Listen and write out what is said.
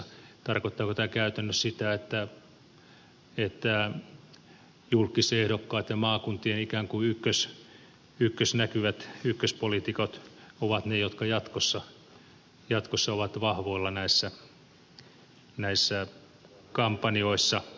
tarkoittaako tämä käytännössä sitä että julkkisehdokkaat ja maakuntien ikään kuin näkyvät ykköspoliitikot ovat ne jotka jatkossa ovat vahvoilla näissä kampanjoissa